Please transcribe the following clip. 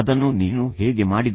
ಅದನ್ನು ನೀನು ಹೇಗೆ ಮಾಡಿದೆ